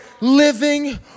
living